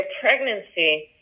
pregnancy